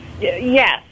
yes